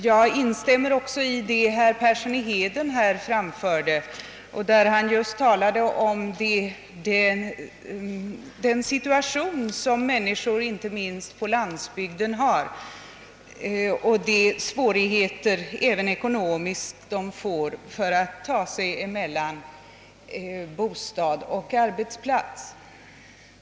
Jag vill också instämma i vad herr Persson i Heden sade om de svårigheter, även ekonomiska, som uppstår för människor inte minst på landsbygden när det är långt mellan bostad och arbetsplats.